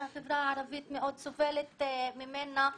שהחברה הערבית מאוד סובלת ממנה.